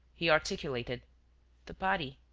he articulated the body.